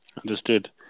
Understood